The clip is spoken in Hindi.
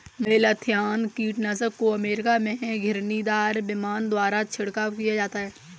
मेलाथियान कीटनाशक को अमेरिका में घिरनीदार विमान द्वारा छिड़काव किया जाता है